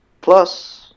plus